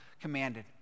commanded